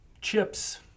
chips